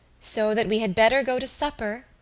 so that we had better go to supper,